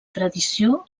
tradició